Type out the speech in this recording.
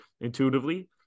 intuitively